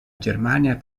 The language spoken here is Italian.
germania